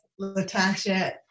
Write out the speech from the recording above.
Latasha